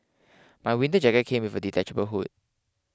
my winter jacket came with a detachable hood